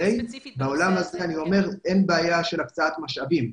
בעולם הזה אין בעיה של הקצאת משאבים.